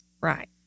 Right